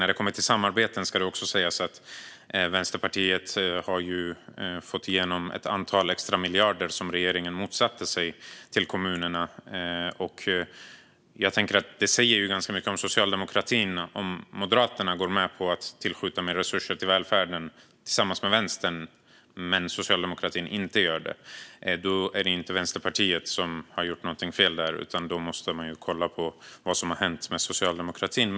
När det kommer till samarbeten ska det också sägas att Vänsterpartiet har fått igenom ett antal extramiljarder till kommunerna, vilket regeringen motsatt sig. Det säger ganska mycket om socialdemokratin om Moderaterna går med på att tillskjuta mer resurser till välfärden tillsammans med Vänstern men socialdemokratin inte gör det. Då är det inte Vänsterpartiet som har gjort något fel, utan då måste man kolla på vad som har hänt med socialdemokratin.